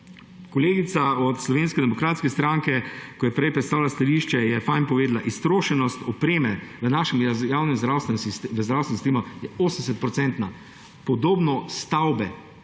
Kolegica iz Slovenske demokratske stranke, ko je prej predstavljala stališče, je fajn povedala. Iztrošenost opreme v našem javnem zdravstvenem sistemu je 80-odstotna, podobno stavbe